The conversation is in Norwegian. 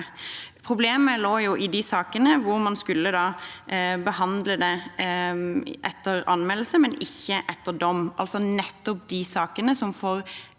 Problemet lå i de sakene hvor man skulle behandle det etter anmeldelse, men ikke etter dom, altså nettopp de sakene som for